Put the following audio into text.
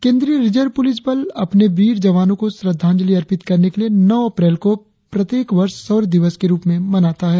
केंद्रीय reserve police बल अपने वीर जवानों को श्रद्धांजलि अर्पित करने के लिए नौ अप्रैल को शौर्य दिवस में मनाता है